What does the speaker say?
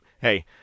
hey